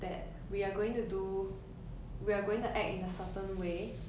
but 因为一个东西叫做 temporal distance